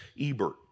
Ebert